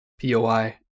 POI